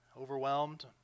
overwhelmed